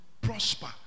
prosper